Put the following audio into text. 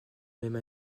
même